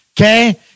Okay